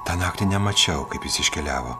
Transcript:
tą naktį nemačiau kaip jis iškeliavo